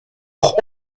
hoch